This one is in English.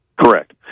Correct